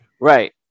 Right